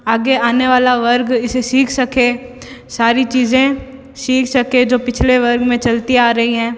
आगे आने वाला वर्ग इसे सीख सके सारी चीज़ें सीख सके जो पिछले वर्ग में चलती आ रही हैं